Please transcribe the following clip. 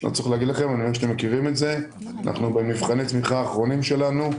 אנחנו במבחני תמיכה אחרונים שלנו.